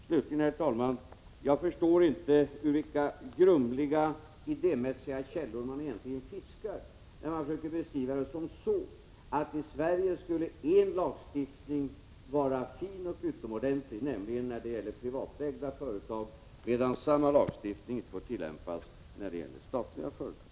Slutligen, herr talman: Jag förstår inte i vilka idémässigt grumliga källor man fiskar när man försöker framställa det som så, att en lagstiftning skulle vara utomordentligt fin när det gäller privatägda företag medan samma lagstiftning inte får tillämpas på statliga företag.